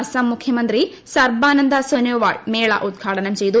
അസം മുഖ്യമന്ത്രി സർബാനന്ദ സോനോവാൾ മേള ഉദ്ഘാടനം ചെയ്തു